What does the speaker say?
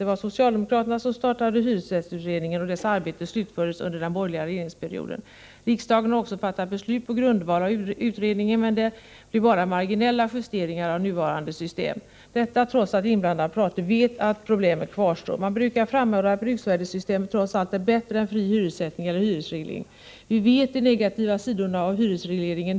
Det var socialdemokraterna som startade hyresrättsutredningen, och dess arbete slutfördes under den borgerliga regeringsperioden. Riksdagen har också fattat beslut på grundval av utredningen, men det blev bara marginella justeringar av nuvarande system, detta trots att inblandade parter vet att problemen kvarstår. Man brukar framhålla att bruksvärdessystemet trots allt är bättre än fri hyressättning eller hyresreglering. Vi vet vilka som är de negativa sidorna av hyresreglering.